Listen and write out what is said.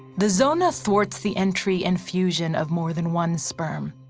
the zona thwarts the entry and fusion of more than one sperm,